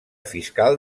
fiscal